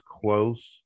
close